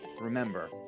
Remember